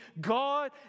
God